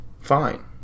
fine